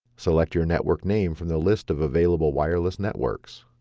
select your network name from the list of available wireless networks.